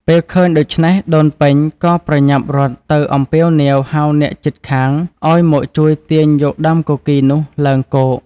ពេលឃើញដូច្នេះ ដូនពេញក៏ប្រញាប់រត់ទៅអំពាវនាវហៅអ្នកជិតខាងឲ្យមកជួយទាញយកដើមគគីរនោះឡើងគោក។